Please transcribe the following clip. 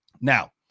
Now